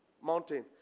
mountain